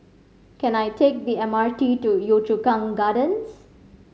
can I take the M R T to Yio Chu Kang Gardens